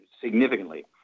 significantly